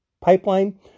pipeline